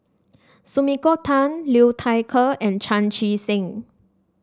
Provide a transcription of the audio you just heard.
Sumiko Tan Liu Thai Ker and Chan Chee Seng